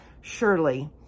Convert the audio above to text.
Surely